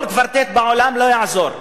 כל קוורטט בעולם לא יעזור.